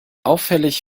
auffällig